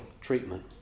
treatment